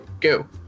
go